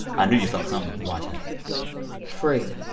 i knew you felt something watching it free.